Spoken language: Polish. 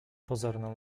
pozorną